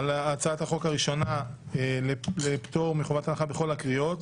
הצעת החוק הראשונה ( כל הקריאות).